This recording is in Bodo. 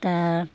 दा